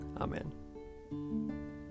Amen